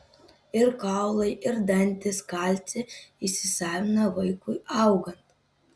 ir kaulai ir dantys kalcį įsisavina vaikui augant